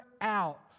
out